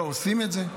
ועושים את זה,